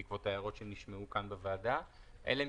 בעקבות ההערות שנשמעו כאן בוועדה "אלא